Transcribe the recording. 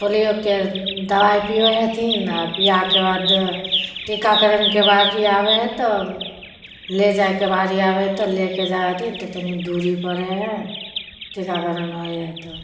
पोलियोके दवाइ पिएबे हथिन आओर पिआके बाद टीकाकरणके बारी आबै हइ तऽ ले जाइके बारी आबै हइ तऽ लेके जाइ हथिन तऽ तनि दूरी पड़ै हइ टीकाकरण होइ हइ तऽ